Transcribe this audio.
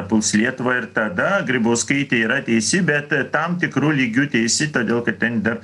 puls lietuvą ir tada grybauskaitė yra teisi bet tam tikru lygiu teisi todėl kad ten dar